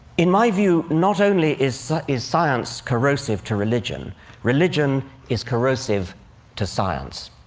in my view, not only is is science corrosive to religion religion is corrosive to science.